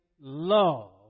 love